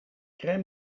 crème